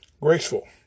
Graceful